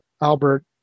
Albert